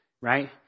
right